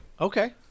Okay